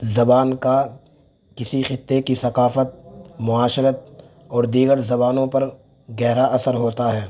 زبان کا کسی خطے کی ثقافت معاشرت اور دیگر زبانوں پر گہرا اثر ہوتا ہے